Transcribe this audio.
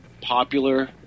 popular